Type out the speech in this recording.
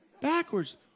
backwards